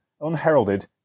unheralded